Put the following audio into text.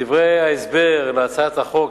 בדברי ההסבר להצעת החוק,